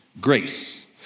Grace